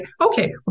okay